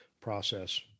process